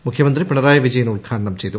മുഖ്യമന്ത്രി പിണറായി വിജയൻ ഉദ്ഘാടനം ചെയ്തു